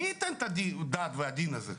מי ייתן את הדעת והדין על זה?